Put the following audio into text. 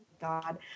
god